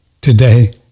today